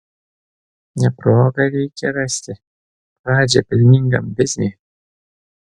ne progą reikia rasti pradžią pelningam bizniui